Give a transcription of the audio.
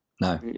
no